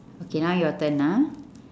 okay now your turn ah